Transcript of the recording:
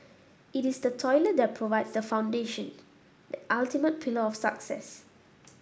it is the toilet that provides the foundation that ultimate pillar of success